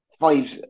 Five